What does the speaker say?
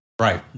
Right